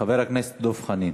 חבר הכנסת דב חנין.